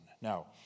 Now